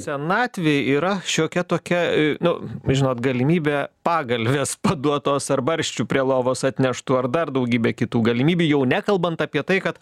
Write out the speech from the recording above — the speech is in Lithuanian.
senatvėj yra šiokia tokia nu žinot galimybė pagalvės paduotos ar barščių prie lovos atneštų ar dar daugybė kitų galimybių jau nekalbant apie tai kad